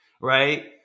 Right